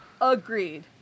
Agreed